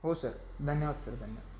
हो सर धन्यवाद सर धन्यवाद